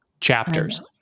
chapters